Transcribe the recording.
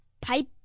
pipe